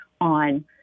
on